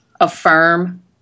affirm